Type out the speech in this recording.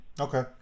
Okay